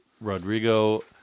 Rodrigo